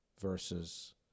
versus